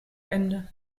ende